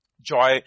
Joy